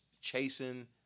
chasing